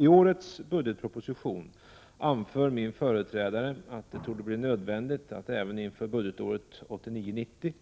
I årets budgetproposition anför min företrädare att det torde bli nödvändigt att även inför budgetåret 1989